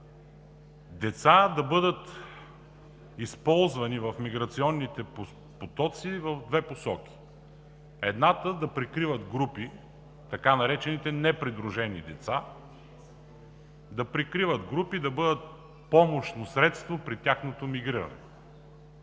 деца да бъдат използвани в миграционните потоци в две посоки. Едната – да прикриват групи, така наречените непридружени лица, да бъдат помощно средство при тяхното мигриране.